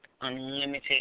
unlimited